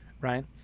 right